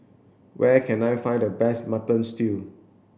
where can I find the best mutton stew